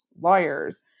lawyers